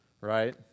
Right